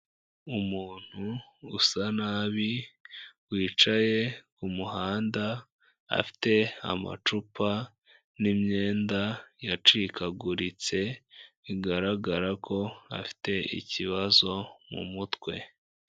Umuntu usa nabi wicaye ku muhanda afite amacupa n'imyenda yacikaguritse, bigaragara ko afite ikibazo mu mutwe.